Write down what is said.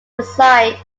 designed